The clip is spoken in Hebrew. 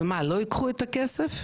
ומה, לא ייקחו את הכסף?